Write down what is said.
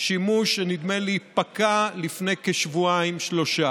שימוש שנדמה לי שפקע לפני כשבועיים-שלושה.